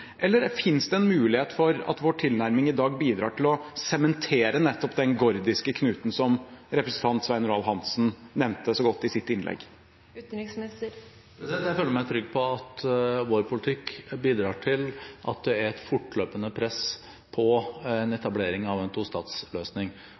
Eller finnes det en mulighet for at vår tilnærming i dag bidrar til å sementere nettopp den gordiske knuten som representanten Svein Roald Hansen nevnte så godt i sitt innlegg? Jeg føler meg trygg på at vår politikk bidrar til at det er et fortløpende press på en